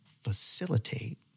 facilitate